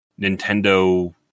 Nintendo